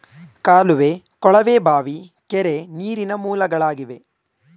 ಕಾಲುವೆ, ಕೊಳವೆ ಬಾವಿ, ಕೆರೆ, ನೀರಿನ ಮೂಲಗಳಾಗಿವೆ